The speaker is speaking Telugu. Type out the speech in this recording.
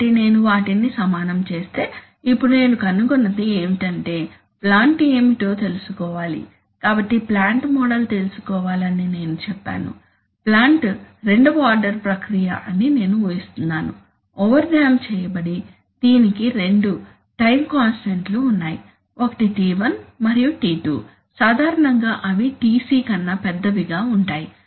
కాబట్టి నేను వాటిని సమానం చేస్తే ఇప్పుడు నేను కనుగొన్నది ఏమిటంటే ప్లాంట్ ఏమిటో తెలుసుకోవాలి కాబట్టి ప్లాంట్ మోడల్ తెలుసుకోవాలని నేను చెప్పాను ప్లాంట్ రెండవ ఆర్డర్ ప్రక్రియ అని నేను ఊహిస్తున్నాను ఓవర్డ్యాంప్ చేయబడి దీనికి రెండు టైం కాన్స్టాంట్ లు ఉన్నాయి ఒకటి t1 మరియు t2 సాధారణంగా అవి Tc కన్నా పెద్దవిగా ఉంటాయి